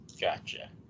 Gotcha